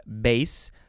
base